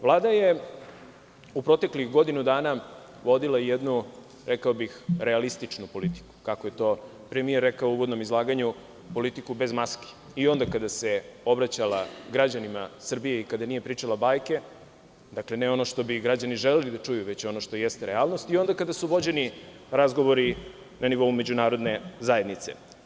Vlada je u proteklih godinu dana vodila jednu, rekao bih, realističnu politiku, kako je to premijer rekao u uvodnom izlaganju, politiku bez maski i onda kada se obraćala građanima Srbije i kada nije pričala bajke, dakle, ne ono što bi građani želeli da čuju, već ono jeste realnost i onda kada su vođeni razgovori na nivou međunarodne zajednice.